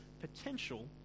potential